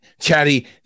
Chatty